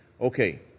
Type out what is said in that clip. okay